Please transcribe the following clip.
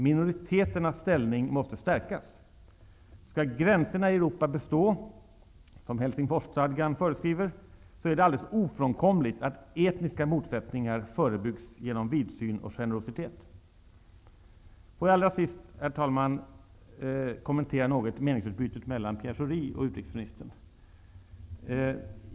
Minoriteternas ställning måste stärkas. Skall gränserna i Europa bestå -- som Helsingforsstadgan föreskriver -- är det alldeles ofrånkomligt att etniska motsättningar förebyggs genom vidsyn och generositet. Låt mig allra sist, herr talman, något kommentera meningsutbytet mellan Pierre Schori och utrikesministern.